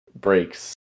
breaks